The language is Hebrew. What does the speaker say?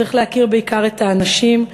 צריך להכיר בעיקר את האנשים,